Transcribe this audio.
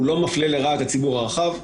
הוא לא מפלה לרעה את הציבור הרחב.